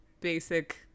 basic